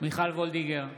מיכל מרים וולדיגר,